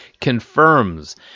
confirms